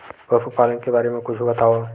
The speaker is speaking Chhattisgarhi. पशुपालन के बारे मा कुछु बतावव?